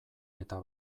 eta